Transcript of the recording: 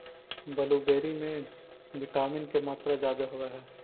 blueberry में vitamin के मात्रा जादे होब हई